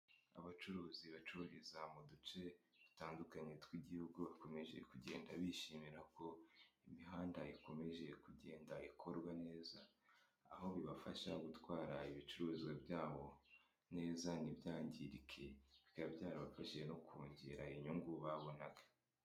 Abacuruzi bacururiza mu duce dutandukanye tw'igihugu bakomeje kugenda bishimira ko imihanda ikomeje kugenda ikorwa neza, aho bibafasha gutwara ibicuruzwa byabo neza ntibyangirike, bikaba byarabafashije no kongera inyungu babonaga.